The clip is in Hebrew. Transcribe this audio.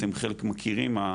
חלק מכירים,